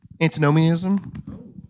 Antinomianism